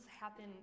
happen